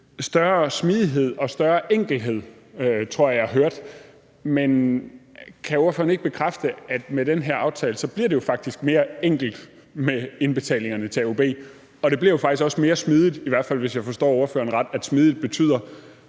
større smidighed og større enkelhed, tror jeg at jeg hørte. Men kan ordføreren ikke bekræfte, at det med den her aftale jo faktisk bliver mere enkelt med indbetalingerne til AUB? Og det bliver jo faktisk også mere smidigt, i hvert fald hvis jeg forstår ordføreren ret, nemlig at smidighed betyder,